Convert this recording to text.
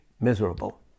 miserable